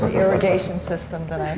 irrigation system that i